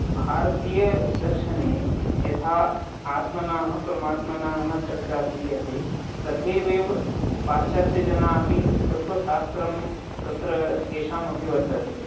भारतीयदर्शने यथा आत्मनः परमात्मनः चर्चा क्रियते तथव पाश्चात्यजनाः अपि तत्त्वशास्त्रं तत्र तेषामपि वर्तते